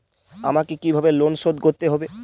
আমাকে কিভাবে লোন শোধ করতে হবে?